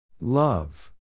Love